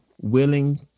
willing